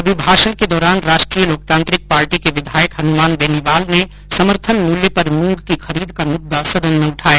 अभिभाषण के दौरान राष्ट्रीय लोकतांत्रिक पार्टी के विधायक हनुमान बेनीवाल ने समर्थन मूल्य पर मूंग की खरीद का मुददा सदन में उठाया